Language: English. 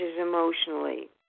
emotionally